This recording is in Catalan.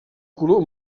color